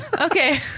Okay